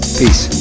peace